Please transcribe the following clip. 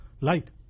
light